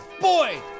Boy